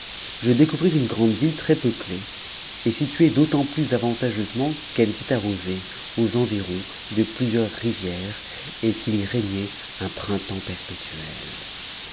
je découvris une grande ville très peuplée et située d'autant plus avantageusement qu'elle était arrosée aux environs de plusieurs rivières et qu'il y régnait un printemps perpétuel